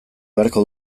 beharko